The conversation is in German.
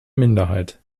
minderheit